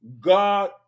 God